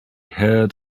heard